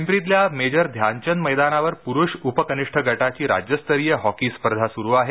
पिंपरीतल्या Major Dhyanchand मैदानावर पुरुष उप कनिष्ठ गटाची राज्यस्तरीय हॉकी स्पर्धा सुरु आहे